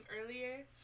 earlier